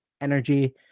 energy